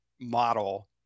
Model